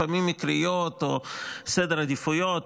לפעמים מקריות או בגלל סדר עדיפויות.